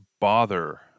bother